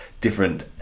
different